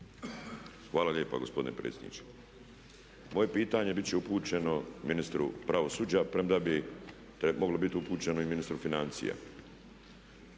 Hvala lijepo gospodine predsjedniče. Moje pitanje biti će upućeno ministru pravosuđa premda bi moglo biti upućeno i ministru financija.